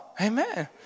Amen